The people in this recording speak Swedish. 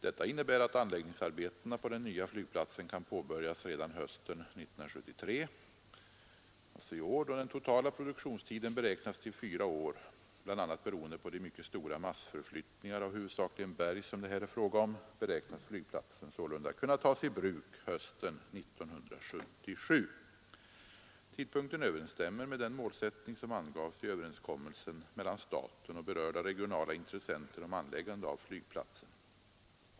Detta innebär att anläggningsarbetena på den nya flygplatsen kan påbörjas redan hösten 1973. Då den totala produktionstiden beräknas till fyra år, bl.a. beroende på de mycket stora massförflyttningar av huvudsakligen berg som det här är fråga om, beräknas flygplatsen sålunda kunna tas i bruk hösten 1977. Tidpunkten överensstämmer med den målsättning som angavs i överenskommelsen mellan staten och berörda regionala intressenter om anläggande av flygplatsen.